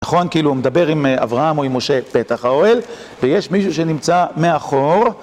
נכון, כאילו הוא מדבר עם אברהם או עם משה פתח האוהל, ויש מישהו שנמצא מאחור